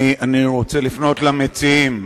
אני רוצה לפנות למציעים.